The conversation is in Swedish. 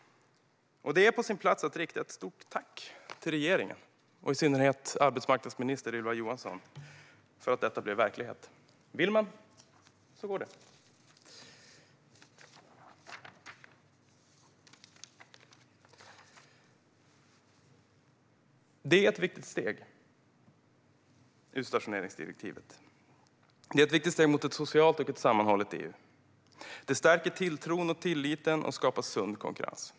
Det är på sin plats att rikta ett stort tack till regeringen och i synnerhet till arbetsmarknadsminister Ylva Johansson för att detta blev verklighet. Vill man så går det! Utstationeringsdirektivet är ett viktigt steg mot ett socialt och sammanhållet EU. Det stärker tilltron och tilliten, och det skapar sund konkurrens.